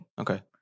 okay